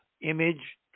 image